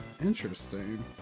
Interesting